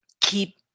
keep